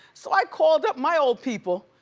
so i called up my old people.